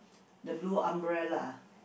the blue umbrella